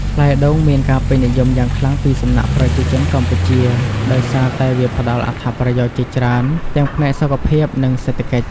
ផ្លែដូងមានការពេញនិយមយ៉ាងខ្លាំងពីសំណាក់ប្រជាជនកម្ពុជាដោយសារតែវាផ្តល់អត្ថប្រយោជន៍ជាច្រើនទាំងផ្នែកសុខភាព និងសេដ្ឋកិច្ច។